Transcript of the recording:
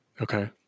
Okay